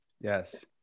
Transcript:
Yes